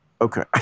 Okay